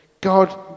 God